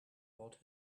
brought